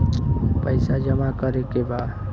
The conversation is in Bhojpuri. पैसा जमा करे के बा?